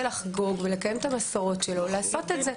לחגוג ולקיים את המסורות שלו לעשות את זה.